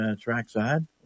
Trackside